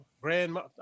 grandma